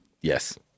Yes